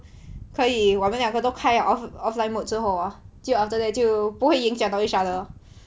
可以我们两个都开 offline mode 之后 hor 就 after that 就不会影响到 each other